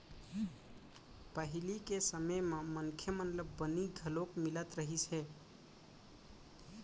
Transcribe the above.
पहिली के समे म मनखे मन ल बनी घलोक मिलत रहिस हे